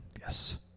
Yes